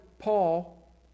Paul